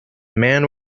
man